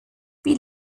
wie